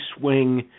swing